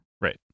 Right